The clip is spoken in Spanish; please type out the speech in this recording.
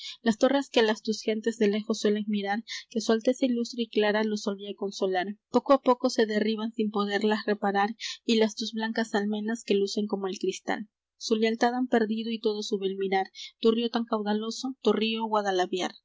las torres que las tus gentes de lejos suelen mirar que su alteza ilustre y clara los solía consolar poco á poco se derriban sin podellas reparar y las tus blancas almenas que lucen como el cristal su lealtad han perdido y todo su bel mirar tu río tan caudaloso tu río